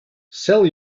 sell